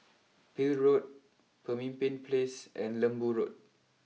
Peel Road Pemimpin place and Lembu Road